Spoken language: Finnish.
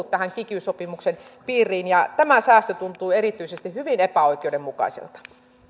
tähän kiky sopimuksen piiriin tämä säästö tuntuu erityisesti hyvin epäoikeudenmukaiselta